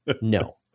No